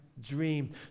dream